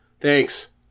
Thanks